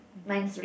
mine's red